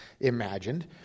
imagined